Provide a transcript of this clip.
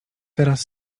teraz